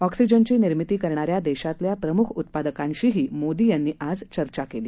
ऑक्सिजनची निर्मिती करणाऱ्या देशातल्या प्रमुख उत्पादकांशीही मोदी आज चर्चा केली